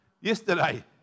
yesterday